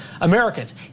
Americans